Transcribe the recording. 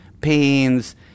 pains